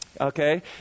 okay